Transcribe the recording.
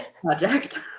project